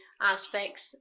aspects